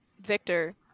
Victor